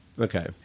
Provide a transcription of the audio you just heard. Okay